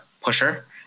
pusher